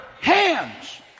hands